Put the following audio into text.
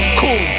cool